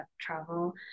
travel